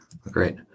great